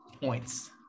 points